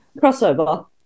crossover